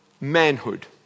Manhood